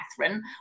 Catherine